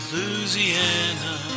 Louisiana